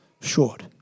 short